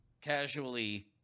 casually